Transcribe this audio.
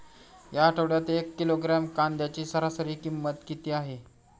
या आठवड्यात एक किलोग्रॅम कांद्याची सरासरी किंमत किती आहे?